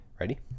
ready